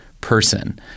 person